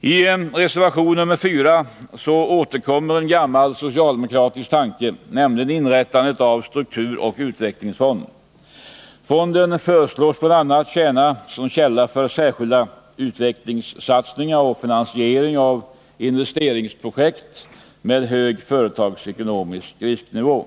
I reservation nr 4 återkommer en gammal socialdemokratisk tanke, nämligen om inrättandet av en strukturoch utvecklingsfond. Fonden föreslås bl.a. tjäna som källa för särskilda utvecklingssatsningar och finansiering av investeringsprojekt med hög företagsekonomisk risknivå.